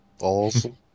Awesome